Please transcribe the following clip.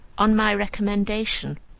on my recommendation.